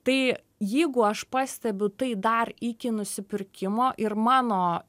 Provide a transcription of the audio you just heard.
tai jeigu aš pastebiu tai dar iki nusipirkimo ir mano